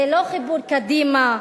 זה לא חיבור קדימה,